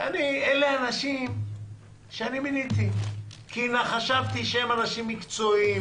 אלה אנשים שאני מיניתי כי חשבתי שהם אנשים מקצועיים